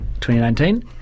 2019